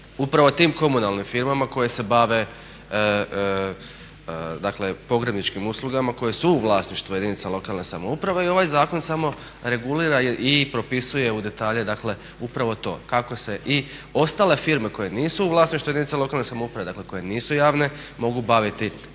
upravo tim komunalnim firmama koje se bave, dakle pogrebničkim uslugama koje su u vlasništvu jedinica lokalne samouprave. I ovaj zakon samo regulira i propisuje u detalje, dakle upravo to kako se i ostale firme koje nisu u vlasništvu jedinica lokalne samouprave, dakle koje nisu javne mogu baviti tom